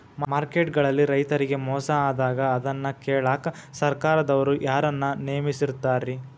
Market ಗಳಲ್ಲಿ ರೈತರಿಗೆ ಮೋಸ ಆದಾಗ ಅದನ್ನ ಕೇಳಾಕ್ ಸರಕಾರದವರು ಯಾರನ್ನಾ ನೇಮಿಸಿರ್ತಾರಿ?